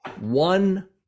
One